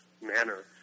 manner